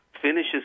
Finishes